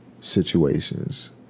situations